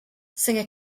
singer